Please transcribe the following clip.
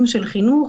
בנושאים של חינוך.